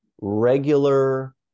regular